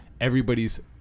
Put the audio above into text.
everybody's